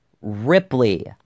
Ripley